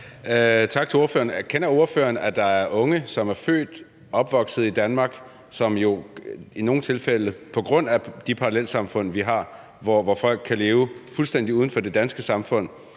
Tak til ordføreren. Erkender ordføreren, at der er unge, som er født og opvokset i Danmark, som i nogle tilfælde på grund af de parallelsamfund, vi har, hvor folk kan leve fuldstændig uden for det danske samfund,